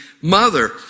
mother